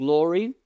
Glory